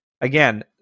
Again